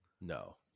no